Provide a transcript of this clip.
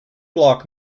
bloc